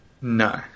No